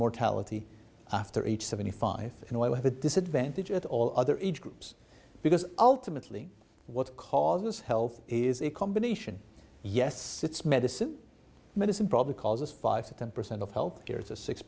mortality after each seventy five you know i have a disadvantage at all other age groups because ultimately what causes health is a combination yes it's medicine medicine probably causes five to ten percent of health care